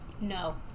no